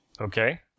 Okay